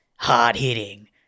Hard-hitting